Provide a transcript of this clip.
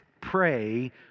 pray